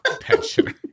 Pensioner